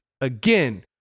again